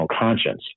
conscience